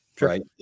right